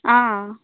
ఆ